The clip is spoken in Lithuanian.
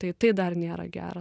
tai tai dar nėra gera